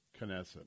Knesset